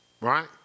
Right